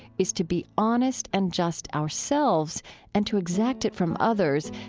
is to be honest and just ourselves and to exact it from others,